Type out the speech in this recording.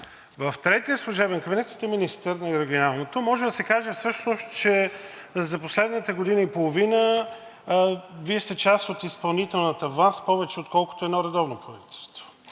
В третия служебен кабинет сте министър на регионалното. Може да се каже всъщност, че за последната година и половина Вие сте част от изпълнителната власт повече, отколкото едно редовно правителство.